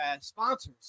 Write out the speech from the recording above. sponsors